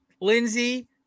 Lindsey